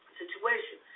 situation